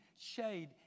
Shade